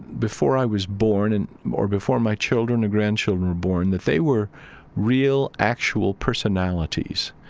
before i was born and or before my children or grandchildren were born, that they were real, actual personalities,